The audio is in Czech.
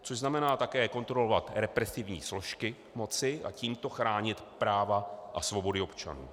Což znamená také kontrolovat represivní složky moci a tímto chránit práva a svobody občanů.